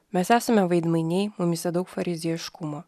mes esame veidmainiai mumyse daug fariziejiškumo